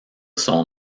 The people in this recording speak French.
son